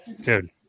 Dude